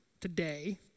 today